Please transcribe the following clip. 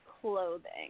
clothing